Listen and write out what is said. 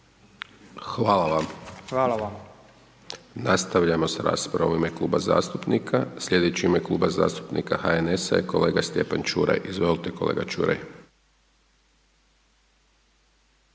(SDP)** Hvala vam. Nastavljamo s raspravom Kluba zastupnika. Sljedeći u ime Kluba zastupnika HNS-a je kolega Stjepan Ćuraj. Izvolite kolega Ćuraj.